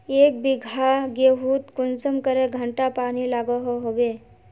एक बिगहा गेँहूत कुंसम करे घंटा पानी लागोहो होबे?